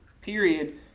period